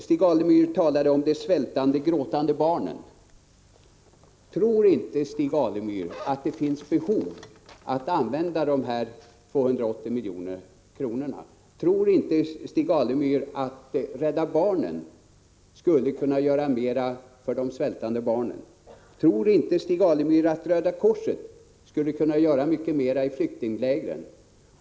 Stig Alemyr talade om de svältande gråtande barnen. Tror inte Stig Alemyr att det finns behov att använda dessa 280 miljoner? Tror inte Stig Alemyr att Rädda barnen skulle kunna göra mera för de svältande barnen? Tror inte Stig Alemyr att Röda korset skulle kunna göra mycket mera i flyktinglägren?